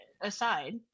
aside